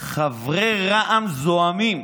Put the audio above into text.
וחברי רע"מ זועמים,